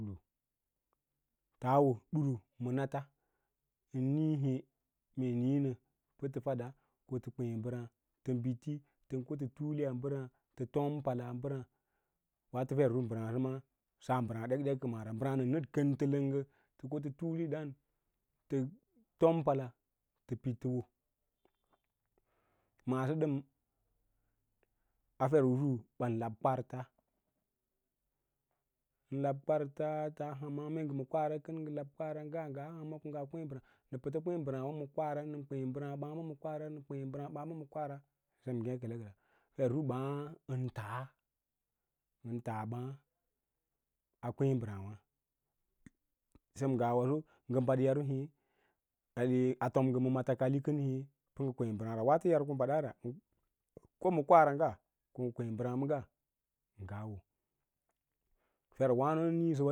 Taa wo dluuru ma nata, ən wíí hê mee wíínə pətə faɗa ko tə kěě mbərǎǎ tə bili, tən ko tə tula a mbərǎǎ to tom pala mbərǎǎ waato fer ꞌusu mbərǎǎ səma fem mbərǎǎ ɗekɗek kəmaa ra, mbərǎǎ nəd nəd kəntələnggə tə ko tə tulə ɗǎǎn tən tom pala tə piɗ tə wo, masso ɗən a fer usu ɓan la kwa’arta, tən lab kwa’anta ta han mee ngə kwa’ara kən ngə lab kiva ara ‘nga hamma kongaa kwe mbərǎǎ, nə pəta kweẽ. Mbərǎǎw ma kwa’a ran nə kwěě mbərǎǎw ma ɓǎǎ ma kwa’ara, nə kwěě mbərǎǎ ɓǎǎ ma ma kwa’ara fer ꞌusu ɓǎǎ ən ən tas ɓǎǎ a kwaã mbər ǎǎ wâ sem ngawaso ngə baɗ yar o hě pə ngə kwǎǎ waato yar ko baɗaa ra ngən ko maa kwa’ara ꞌnga ngə kwêê mbərǎǎ ɓangga ngah wo farwano nəníísəwa.